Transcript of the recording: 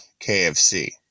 kfc